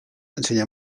ensenya